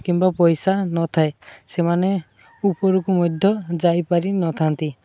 କିମ୍ବା ପଇସା ନଥାଏ ସେମାନେ ଉପରକୁ ମଧ୍ୟ ଯାଇପାରିନଥାନ୍ତି